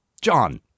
John